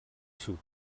sud